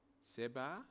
Seba